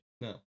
No